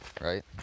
right